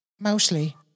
Mostly